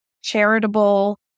charitable